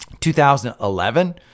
2011